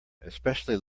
especially